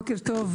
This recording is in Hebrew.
בוקר טוב,